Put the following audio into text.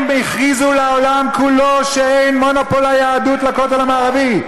הם הכריזו לעולם כולו שאין מונופול ליהדות על הכותל המערבי.